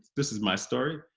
this is my story,